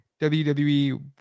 WWE